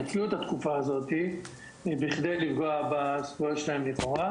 שלכאורה עשויים לנצל את התקופה הזו כדי לפגוע בזכויות שלהם.